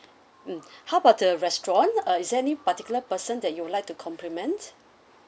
mm how about the restaurant uh is there any particular person that you would like to compliment